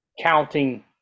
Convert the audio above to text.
counting